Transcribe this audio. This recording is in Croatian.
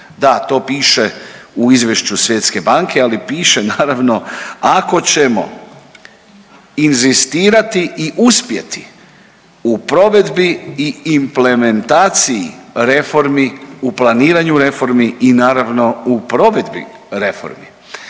Da, to piše u izvješću Svjetske banke, ali piše naravno, ako ćemo inzistirati i uspjeti i provedbi i implementaciji reformi, u planiranju reformi i naravno u provedbi reformi.